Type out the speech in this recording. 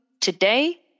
today